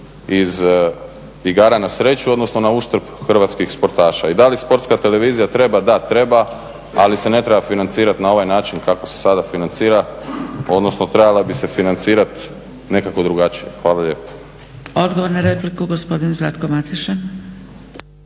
iz igara na sreću odnosno na uštrb hrvatskih sportaša i da li sportska televizija treba dati, treba ali se ne treba financirati na ovaj način kako se sada financira odnosno trebala bi se financirati nekako drugačije. Hvala lijepo. **Zgrebec, Dragica (SDP)** Odgovor na repliku, gospodin Zlatko Mateša.